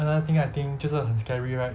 another thing I think 就是很 scary right